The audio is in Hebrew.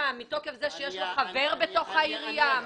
מתוקף זה שיש לו חבר בתוך העירייה?